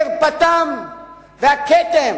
חרפתם והכתם